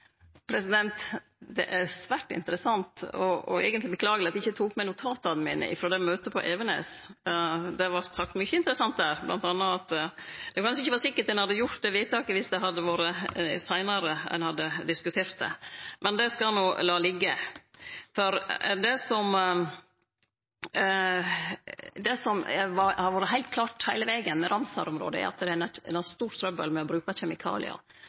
etterpå Da er tiden ute. Det er svært interessant, og det er eigentleg beklageleg at eg ikkje tok med notata mine frå møtet på Evenes. Det vart sagt mykje interessant der, bl.a. at det ikkje var sikkert ein hadde gjort det vedtaket om ein hadde diskutert det seinare. Men det skal eg la liggje. Det som har vore heilt klart heile vegen med Ramsar-området, er at ein har mykje trøbbel med å bruke kjemikaliar.